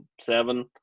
seven